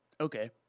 Okay